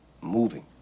moving